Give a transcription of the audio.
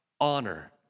honor